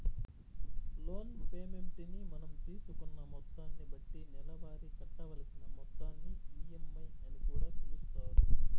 loan payment ని మనం తీసుకున్న మొత్తాన్ని బట్టి నెలవారీ కట్టవలసిన మొత్తాన్ని ఈ.ఎం.ఐ అని కూడా పిలుస్తారు